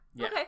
Okay